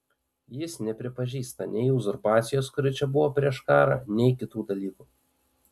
jie nepripažįsta nei uzurpacijos kuri čia buvo prieš karą nei kitų dalykų